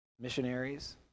missionaries